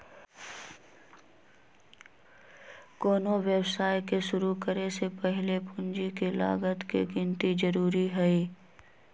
कोनो व्यवसाय के शुरु करे से पहीले पूंजी के लागत के गिन्ती जरूरी हइ